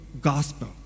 gospel